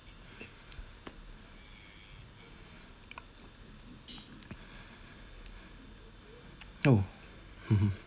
oh mmhmm